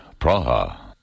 Praha